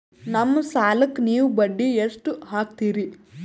ನಮ್ಮ ಸಾಲಕ್ಕ ನೀವು ಬಡ್ಡಿ ಎಷ್ಟು ಹಾಕ್ತಿರಿ?